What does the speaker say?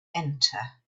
enter